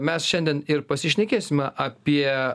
mes šiandien ir pasišnekėsime apie